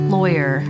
Lawyer